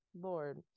Lord